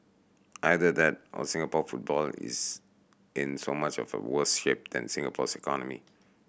either that or Singapore football is in so much of a worse shape than Singapore's economy